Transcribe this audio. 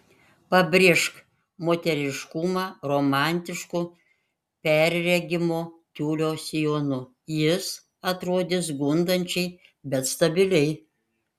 pabrėžk moteriškumą romantišku perregimo tiulio sijonu jis atrodys gundančiai bet subtiliai